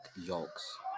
yolks